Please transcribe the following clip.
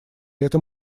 этом